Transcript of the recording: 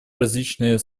различные